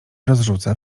rozrzuca